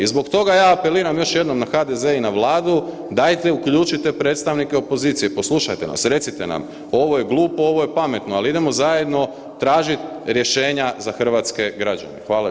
I zbog toga ja apeliram još jednom na HDZ i na Vladu, dajte uključite predstavnike opozicije, poslušajte nas, recite nam, ovo je glupo, ovo je pametno, ali idemo zajedno tražiti rješenja za hrvatske građane.